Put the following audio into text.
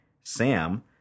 Sam